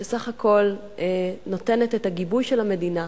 שסך הכול נותנת את הגיבוי של המדינה